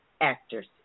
actors